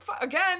again